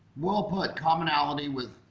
well put commonality with,